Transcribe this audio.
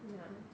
ya